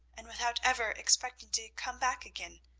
and without ever expecting to come back again.